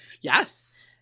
Yes